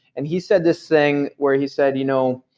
and he said this thing where he said, you know,